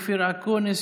אופיר אקוניס,